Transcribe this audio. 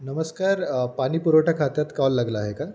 नमस्कार पाणी पुुरवठा खात्यात कॉल लागला आहे का